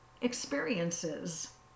experiences